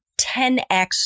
10x